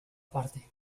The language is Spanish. aparte